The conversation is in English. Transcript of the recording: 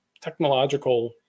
technological